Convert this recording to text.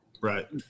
right